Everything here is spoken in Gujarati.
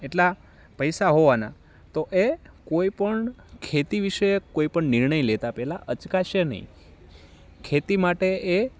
એટલા પૈસા હોવાના તો એ કોઈપણ ખેતી વિશે કોઈપણ નિર્ણય લેતાં પહેલાં અચકાશે નહીં ખેતી માટે એ